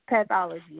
pathology